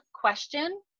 question